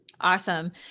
Awesome